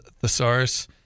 thesaurus